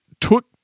took